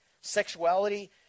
Sexuality